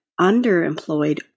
underemployed